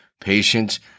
Patience